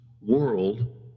world